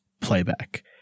playback